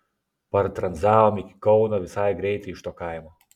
partranzavom iki kauno visai greitai iš to kaimo